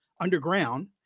underground